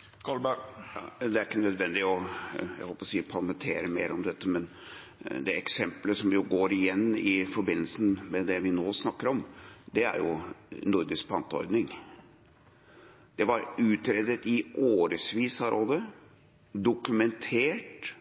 er ikke nødvendig å – jeg holdt på å si – parlamentere mer om dette, men det eksemplet som går igjen i forbindelse med det vi nå snakker om, er jo en nordisk panteordning. Det ble utredet i årevis av Rådet, dokumentert,